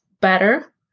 better